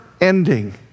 ending